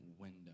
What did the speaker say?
window